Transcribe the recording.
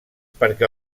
perquè